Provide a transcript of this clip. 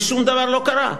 ושום דבר לא קרה.